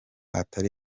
atari